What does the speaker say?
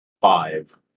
Five